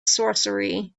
sorcery